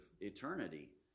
eternity